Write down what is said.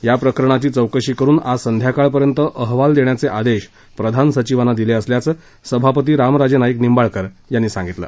या प्रकरणाची चौकशी करुन आज संध्याकाळपर्यंत अहवाल देण्याचे आदेश प्रधान सचिवांना दिले असल्याचं सभापती रामराजे नाईक निंबाळकर यांनी सांगितलं